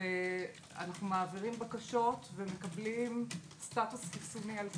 ואנו מעבירים בקשות ומקבלים סטטוס חיסוני על כולם.